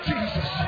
Jesus